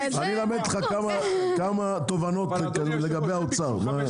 אני אלמד אותך כמה תובנות לגבי האוצר.